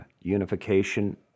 unification